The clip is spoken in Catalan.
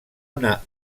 una